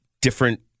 different